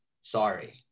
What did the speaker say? sorry